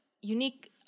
unique